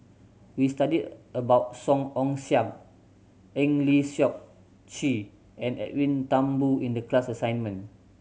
we studied about Song Ong Siang Eng Lee Seok Chee and Edwin Thumboo in the class assignment